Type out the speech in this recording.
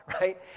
right